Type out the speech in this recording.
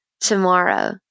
tomorrow